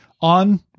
on